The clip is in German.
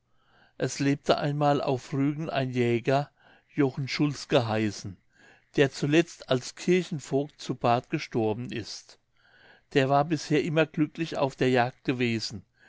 es lebte einmal auf rügen ein jäger jochen schulz geheißen der zuletzt als kirchenvogt zu barth gestorben ist der war bisher immer glücklich auf der jagd gewesen